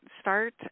start